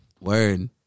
word